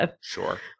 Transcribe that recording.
Sure